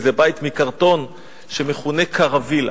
לאיזה בית מקרטון שמכונה קרווילה.